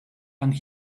and